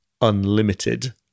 unlimited